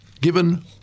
given